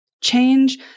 Change